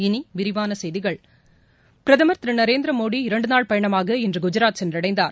இனி விரிவான செய்திகள் பிரதமர் திரு நரேந்திர மோடி இரண்டு நாள் பயணமாக இன்று குஜராத் சென்றடைந்தார்